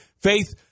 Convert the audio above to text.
Faith